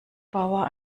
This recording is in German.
bauer